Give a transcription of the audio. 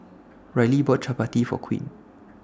Rylie bought Chapati For Queen